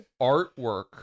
artwork